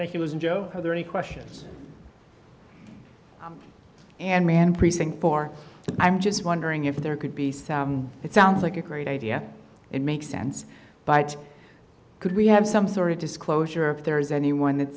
the he was joe are there any questions and man precinct i'm just wondering if there could be some it sounds like a great idea it makes sense but could we have some sort of disclosure if there is anyone that